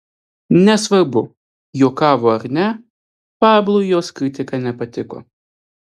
nesvarbu juokavo ar ne pablui jos kritika nepatiko